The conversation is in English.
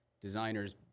designers